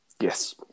Yes